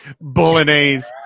Bolognese